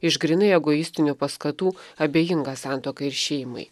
iš grynai egoistinio paskatų abejinga santuokai ir šeimai